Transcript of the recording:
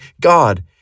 God